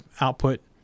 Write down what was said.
output